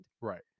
Right